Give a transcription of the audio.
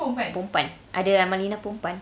perempuan ada amalina perempuan